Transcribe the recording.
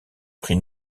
prix